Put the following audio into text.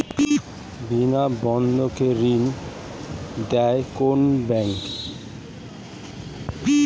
বিনা বন্ধকে ঋণ দেয় কোন ব্যাংক?